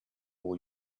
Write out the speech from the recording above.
all